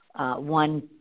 One